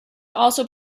also